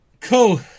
Cool